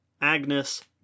Agnes